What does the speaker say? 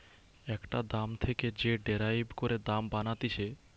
একটা দাম থেকে যে ডেরাইভ করে দাম বানাতিছে